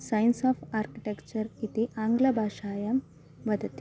science of architecture इति आङ्ग्लभाषायां वदति